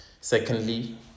Secondly